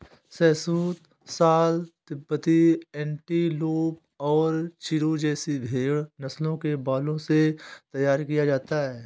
शहतूश shawl तिब्बती antelope और चिरु जैसी भेड़ नस्लों के बालों से तैयार किया जाता है